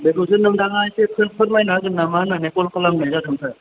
बेखौसो नोंथाङा एसे फोरमायना होगोन नामा होन्नानै कल खालामनाय जादों सार